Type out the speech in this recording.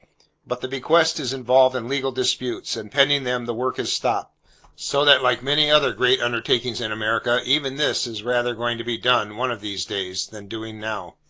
but the bequest is involved in legal disputes, and pending them the work has stopped so that like many other great undertakings in america, even this is rather going to be done one of these days, than doing now.